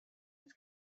its